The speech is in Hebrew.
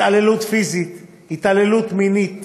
התעללות פיזית, התעללות מינית